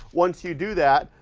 once you do that,